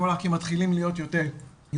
עולה כי הם מתחילים להיות יותר בחוץ,